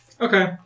Okay